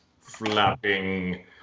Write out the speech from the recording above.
flapping